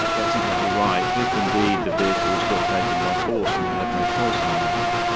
that's exactly right. if indeed the vehicles were taken by force, and they had no choice in the matter,